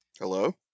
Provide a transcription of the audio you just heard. Hello